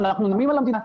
אנחנו נלחמים על המדינה,